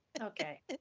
okay